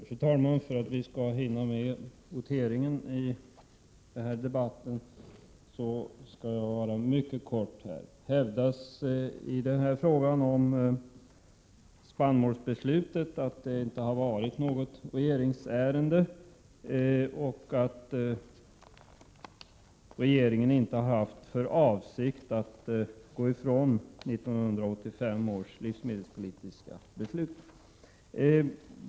Fru talman! För att vi skall hinna votera före middagsuppehållet skall jag fatta mig mycket kort. Det hävdas att spannmålsbeslutet inte har varit något regeringsärende och att regeringen inte hade haft för avsikt att gå ifrån 1985 års livsmedelspolitiska beslut.